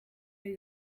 know